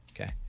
Okay